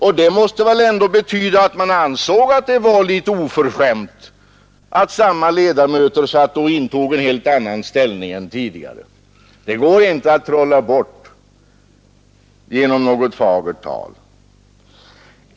Och det måste väl ändå betyda att man ansåg att det var litet oförskämt att samma ledamöter satt och intog en helt annan ståndpunkt än tidigare. Det går det inte att trolla bort genom något fagert tal!